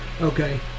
Okay